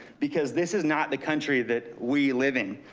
because this is not the country that we live in.